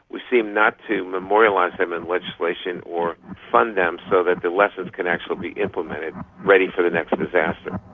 we seem not to memorialise them in legislation or fund them so that the lessons can actually be implemented ready for the next disaster.